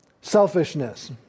Selfishness